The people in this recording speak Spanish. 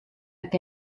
que